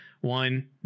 One